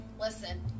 listen